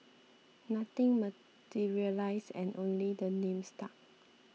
nothing materialised and only the name stuck